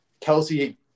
Kelsey